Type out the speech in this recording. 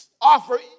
offer